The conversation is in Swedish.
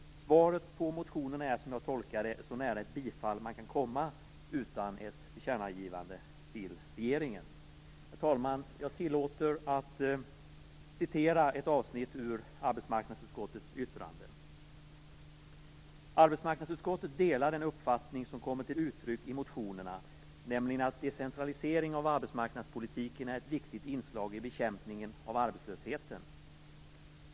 Svaret på motionerna är, som jag tolkar det, så nära ett bifall man kan komma utan ett tillkännagivande till regeringen. Herr talman! Jag tillåter mig att citera ett avsnitt ur arbetsmarknadsutskottets yttrande: "Arbetsmarknadsutskottet delar den uppfattning som kommer till uttryck i motionerna, nämligen att decentraliseringen av arbetsmarknadspolitiken är ett viktigt inslag i bekämpningen av arbetslösheten.